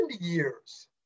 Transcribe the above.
years